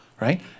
right